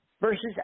versus